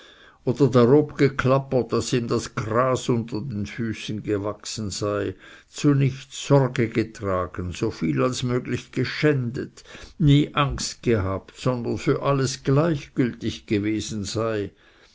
oder darob geklappert daß ihm das gras unter den füßen gewachsen sei zu nichts sorge getragen so viel als möglich gschändet nie angst gehabt sondern für alles gleichgültig gewesen sei